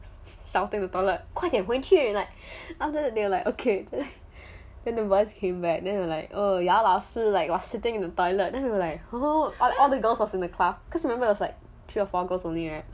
shouting in the toilet 快点回去 like afterwards they are like okay then the boys came back then they like oh ya 老师 is like sitting in the toilet then we were like oh all the girls in the class cause remember it was like three or four girls only right